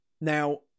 Now